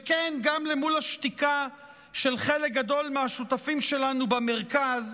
וכן מול השתיקה של חלק גדול מהשותפים שלנו במרכז,